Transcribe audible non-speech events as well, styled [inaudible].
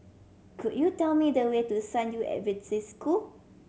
could you tell me the way to San Yu [unintelligible] School